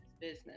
business